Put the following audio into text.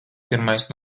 pirmais